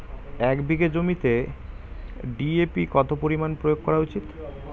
এক বিঘে জমিতে ডি.এ.পি কত পরিমাণ প্রয়োগ করা উচিৎ?